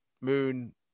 moon